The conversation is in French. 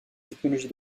technologie